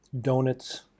donuts